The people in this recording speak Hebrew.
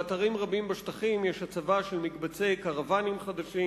באתרים רבים בשטחים יש הצבה של מקבצי קרוונים חדשים,